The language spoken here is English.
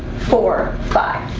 four, five